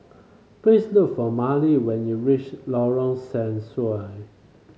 please look for Mali when you reach Lorong Sensuai